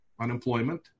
unemployment